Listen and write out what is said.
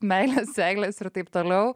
meilės seiles ir taip toliau